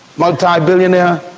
multi-billionaire,